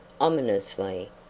ominously,